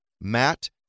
Matt